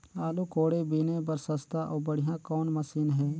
आलू कोड़े बीने बर सस्ता अउ बढ़िया कौन मशीन हे?